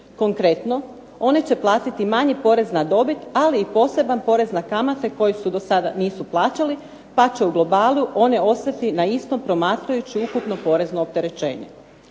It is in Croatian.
Konkretno, one će platiti manji porez na dobit ali i poseban porez na kamate koji do sada nisu plaćali pa će u globalu one ostati na istom promatrajući ukupno porezno opterećenje.